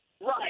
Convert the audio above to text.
Right